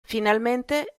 finalmente